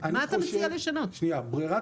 אני מבקש שבררת